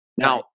Now